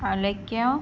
Alekhya